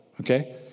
Okay